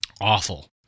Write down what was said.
awful